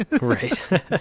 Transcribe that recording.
Right